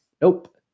nope